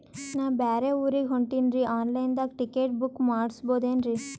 ನಾ ಬ್ಯಾರೆ ಊರಿಗೆ ಹೊಂಟಿನ್ರಿ ಆನ್ ಲೈನ್ ದಾಗ ಟಿಕೆಟ ಬುಕ್ಕ ಮಾಡಸ್ಬೋದೇನ್ರಿ?